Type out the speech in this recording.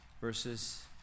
Verses